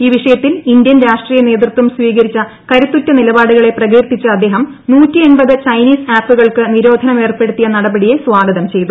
ഈ വിഷയത്തിൽ ഇന്ത്യൻ രാഷ്ട്രീയ നേതൃത്ത് സ്വീകരിച്ച കരുത്തുറ്റ നിലപാടുകളെ പ്രകീർത്തിച്ച അദ്ദേഹ്ട് പ്ലാ് ചൈനീസ് ആപ്പുകൾക്ക് നിരോധനമേർപ്പെടുത്തീയ് നടപടിയെ സ്വാഗതം ചെയ്തു